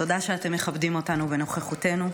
תודה שאתם מכבדים אותנו בנוכחותכם,